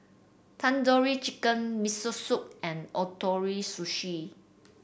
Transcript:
Tandoori Chicken Miso Soup and Ootoro Sushi